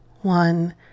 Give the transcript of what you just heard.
one